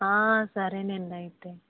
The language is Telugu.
సరే అండి అయితే